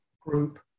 group